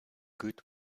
good